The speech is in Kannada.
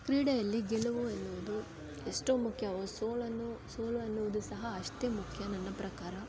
ಕ್ರೀಡೆಯಲ್ಲಿ ಗೆಲುವು ಎನ್ನುವುದು ಎಷ್ಟು ಮುಖ್ಯವೋ ಸೋಲನ್ನು ಸೋಲನ್ನುವುದು ಸಹ ಅಷ್ಟೇ ಮುಖ್ಯ ನನ್ನ ಪ್ರಕಾರ